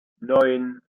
neun